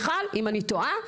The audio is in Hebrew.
אם אני טועה,